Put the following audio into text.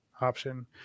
option